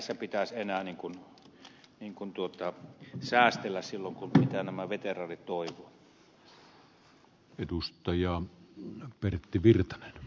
ei pitäisi enää niinkun nyt en kun tuota säästellä silloin näissä mitä nämä veteraanit toivovat